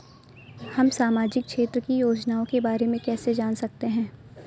हम सामाजिक क्षेत्र की योजनाओं के बारे में कैसे जान सकते हैं?